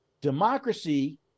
Democracy